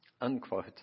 unquote